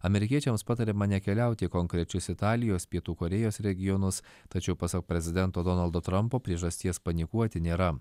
amerikiečiams patariama nekeliauti į konkrečius italijos pietų korėjos regionus tačiau pasak prezidento donaldo trampo priežasties panikuoti nėra